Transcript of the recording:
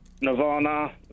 Nirvana